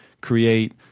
create